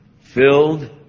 filled